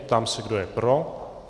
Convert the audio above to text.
Ptám se, kdo je pro.